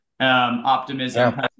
optimism